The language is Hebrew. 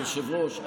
היושב-ראש,